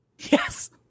Yes